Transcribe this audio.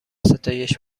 ستایش